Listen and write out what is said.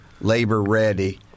labor-ready